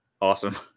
awesome